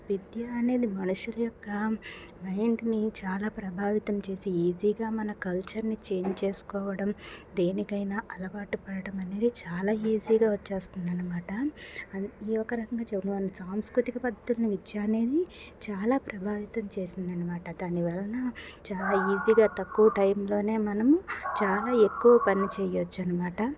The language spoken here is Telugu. విద్యా అనేది మనుషుల యొక్క మైండ్ని ప్రభావితం చేసి ఈజీగా మనకు కల్చర్ని చేంజ్ చేసుకోవడం దేనికైనా అలవాటు పడటం అనేది చాలా ఈజీగా వచ్చేస్తుంది అనమాట ఈ ఒక్క రకంగా చెప్పుకోవాలి సాంస్కృతిక పద్ధతుల్లో విద్యా అనేది చాలా ప్రభావితం చేసింది అనమాట దాని వలన చాలా ఈజీగా తక్కువ టైంలోనే మనం చాలా ఎక్కువ పని చేయొచ్చు అనమాట